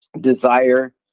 desire